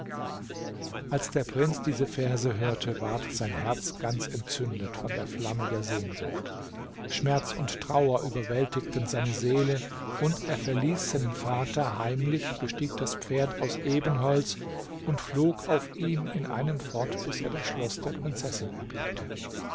als der prinz diese verse hörte ward sein herz ganz entzündet von der flamme der sehnsucht schmerz und trauer überwältigten seine seele und er verließ seinen vater heimlich bestieg das pferd aus ebenholz und flog auf ihm in einem fort bis er das schloß der prinzessin erblickte